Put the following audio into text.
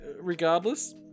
Regardless